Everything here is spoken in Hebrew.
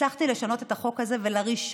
הצלחתי לשנות את החוק הזה לראשונה,